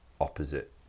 opposite